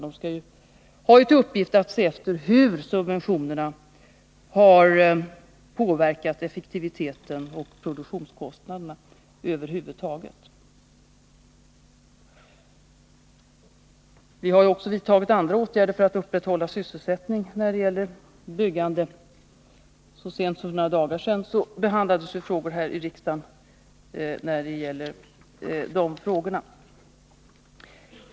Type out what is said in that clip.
Den har ju till uppgift att se efter hur subventionerna har påverkat effektiviteten och produktionskostnaderna över huvud taget. Vi har också vidtagit andra åtgärder för att upprätthålla byggsysselsättningen. Så sent som för några dagar sedan behandlades frågor här i riksdagen på det området.